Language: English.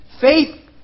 faith